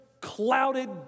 clouded